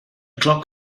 clock